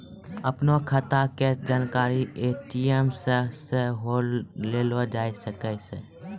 अपनो खाता के जानकारी ए.टी.एम से सेहो लेलो जाय सकै छै